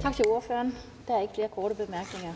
Tak til ordføreren. Der er ikke flere korte bemærkninger.